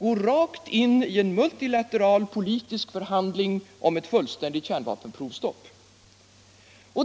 gå rakt in i en multilateral politisk förhandling om ett fullständigt kärnvapenprovstopp.